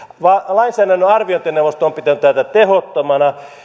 lainsäädännön arviointineuvosto on pitänyt tätä tehottomana